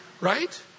Right